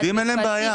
לאיגודים אין בעיה.